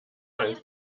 eins